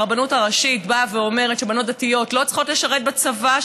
הרבנות הראשית באה ואומרת שבנות דתיות לא צריכות לשרת בצבא,